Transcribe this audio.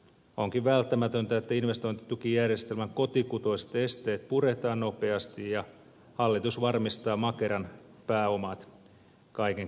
onkin välttämätöntä että investointitukijärjestelmän kotikutoiset esteet puretaan nopeasti ja hallitus varmistaa makeran pääomat kaiken kaikkiaan